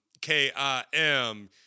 k-i-m